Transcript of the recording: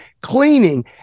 cleaning